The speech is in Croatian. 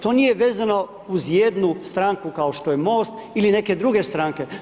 To nije vezano uz jednu stranku kao što je MOST ili neke druge stranke.